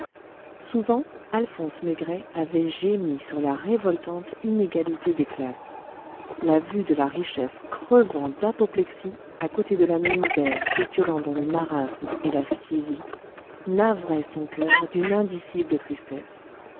souvent alphonse maigret avait gémi sur la révoltante inégalité des classes la vue de la richesse crevant d'apoplexie à côté de la misère s'étiolant dans le marasme et la phthisie navrait son coeur d'une indicible tristesse